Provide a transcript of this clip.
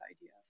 idea